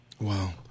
Wow